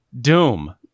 Doom